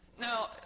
Now